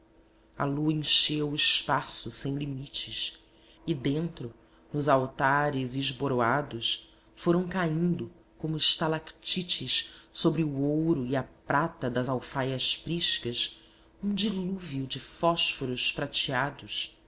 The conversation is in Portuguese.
a lua encheu o espaço sem limites e dentro nos altares esboroados foram caindo como estalactites sobre o ouro e a prata das alfaias priscas um dilúvio de fósforos prateados